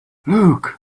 look